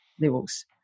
levels